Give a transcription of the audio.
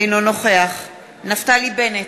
אינו נוכח נפתלי בנט,